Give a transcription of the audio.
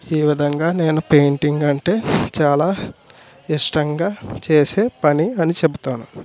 ఈ విధంగా నేను పెయింటింగ్ అంటే చాలా ఇష్టంగా చేసే పని అని చెప్తాను